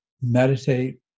meditate